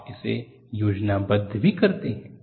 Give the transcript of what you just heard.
आप इसे योजनाबद्ध भी करते हैं